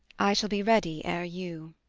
i shall be ready ere you.